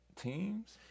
Teams